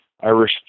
Irish